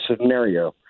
scenario